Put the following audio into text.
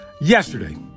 Yesterday